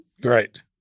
Great